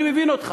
אני מבין אותך.